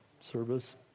service